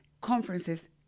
conferences